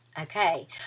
Okay